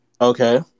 Okay